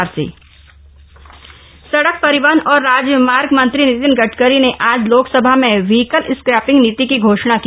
vehicle scrapping नीति सड़क परिवहन और राजमार्ग मंत्री नितिन गडकरी ने आज लोकसभा में व्हीकल स्क्रैपिंग नीति की घोषणा की